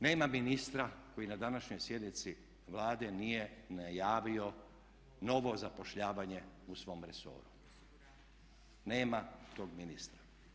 Nema ministra koji na današnjoj sjednici Vlade nije najavio novo zapošljavanje u svom resoru, nema tog ministra.